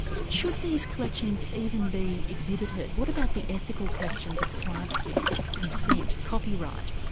but should these collections even be exhibited? what about the ethical questions of privacy, consent, copyright?